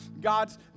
God's